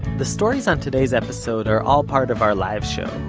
the stories on today's episode are all part of our live show,